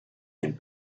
and